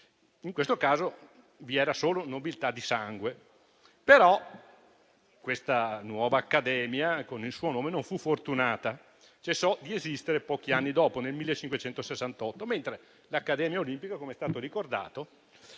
In questo caso vi era solo nobiltà di sangue. Però questa nuova Accademia, con il suo nome, non fu fortunata e cessò di esistere pochi anni dopo, nel 1568, mentre l'Accademia Olimpica, come è stato ricordato,